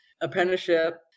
apprenticeship